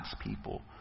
people